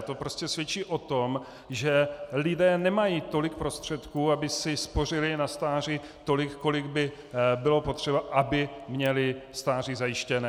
To prostě svědčí o tom, že lidé nemají tolik prostředků, aby si spořili na stáří tolik, kolik by bylo potřeba, aby měli stáří zajištěné.